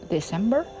December